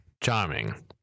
Charming